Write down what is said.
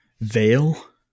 veil